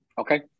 Okay